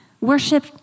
Worship